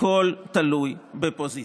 הכול תלוי בפוזיציה.